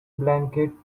blanket